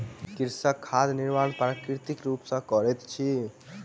कृषक खाद निर्माण प्राकृतिक रूप सॅ करैत अछि